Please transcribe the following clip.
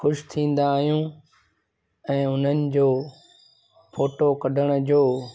ख़ुशि थींदा आहियूं ऐं उन्हनि जो फोटो कढण जो